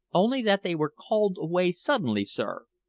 only that they were called away suddenly, sir.